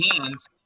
hands